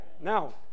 Now